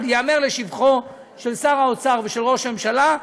אבל ייאמר לשבחם של שר האוצר ושל ראש הממשלה,